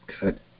good